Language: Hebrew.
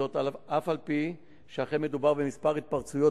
זאת אף-על-פי שאכן מדובר במספר התפרצויות